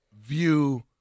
view